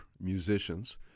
musicians